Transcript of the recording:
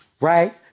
right